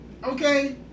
Okay